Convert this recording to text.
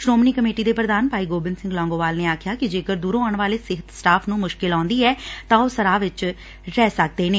Shiromani committee ਦੇ ਪ੍ਰਧਾਨ ਭਾਈ ਗੋਬਿੰਦ ਸਿੰਘ ਲੌਗੋਵਾਲ ਨੇ ਆਖਿਆ ਕਿ ਜੇਕਰ ਦੁਰੋ ਆਉਣ ਵਾਲੇ ਸਿਹਤ ਸਟਾਫ ਨੂੰ ਮੁਸ਼ਕਿਲ ਆਉਂਦੀ ਹੈ ਤਾਂ ਉਹ ਸਰਾਂ ਵਿਚ ਰਹਿ ਸਕਦੇ ਨੇ